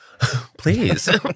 Please